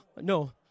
No